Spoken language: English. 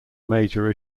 major